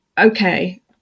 okay